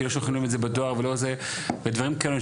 כי לא שולחים את זה בדואר ודברים כאלה,